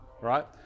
right